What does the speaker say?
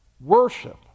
worship